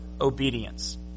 obedience